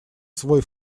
свой